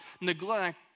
neglect